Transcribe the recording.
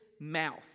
mouth